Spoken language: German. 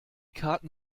karten